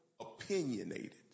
opinionated